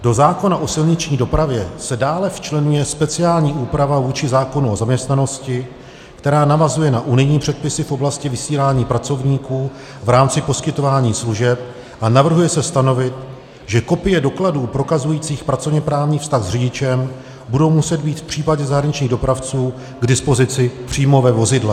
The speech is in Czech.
Do zákona o silniční dopravě se dále včleňuje speciální úprava vůči zákonu o zaměstnanosti, která navazuje na unijní předpisy v oblasti vysílání pracovníků v rámci poskytování služeb, a navrhuje se stanovit, že kopie dokladů prokazujících pracovněprávní vztah s řidičem budou muset být v případě zahraničních dopravců k dispozici přímo ve vozidle.